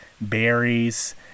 berries